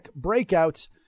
Breakouts